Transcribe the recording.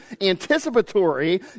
anticipatory